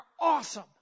awesome